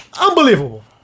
unbelievable